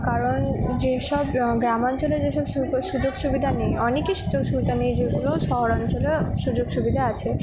কারণ যেসব গ্রাম অঞ্চলে যেসব সুযোগ সুবিধা নেই অনেকই সুযোগ সুবিধা নেই যেগুলো শহরাঞ্চলে সুযোগ সুবিধা আছে